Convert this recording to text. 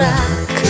Rock